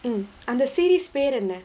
mm அந்த:andha series பேரென்ன:paerenna